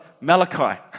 Malachi